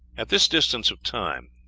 at this distance of time,